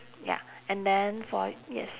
ya and then for yes